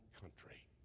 country